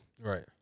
Right